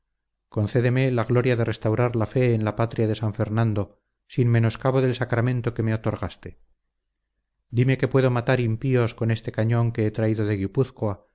concédeme la gloria de restaurar la fe en la patria de san fernando sin menoscabo del sacramento que me otorgaste dime que puedo matar impíos con este cañón que he traído de